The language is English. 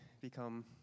become